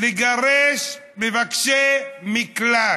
לגרש מבקשי מקלט.